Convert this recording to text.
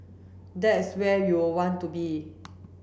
that's where you'll want to be